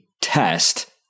test